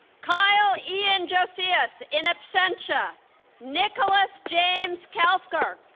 kyle ian josias in absentia nicholas james kafker